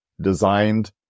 designed